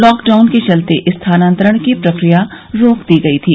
lockdown के चलते स्थानान्तरण की प्रक्रिया रोक दी गई थी